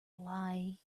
lie